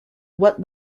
what